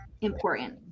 important